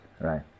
Right